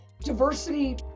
diversity